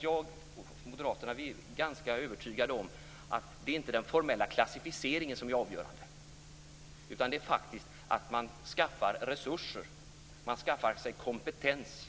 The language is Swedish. Jag och moderaterna är ganska övertygade om att det inte är den formella klassificeringen som är avgörande, utan det avgörande är faktiskt att man skaffar resurser, att man skaffar sig kompetens,